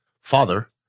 father